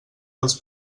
dels